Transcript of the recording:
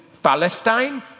Palestine